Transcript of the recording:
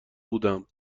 بودم